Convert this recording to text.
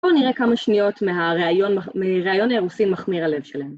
בואו נראה כמה שניות מראיון האירוסין מכמיר הלב שלהם.